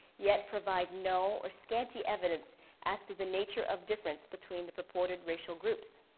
yet provide no or scanty evidence as to the nature of difference between the recorded racial groups.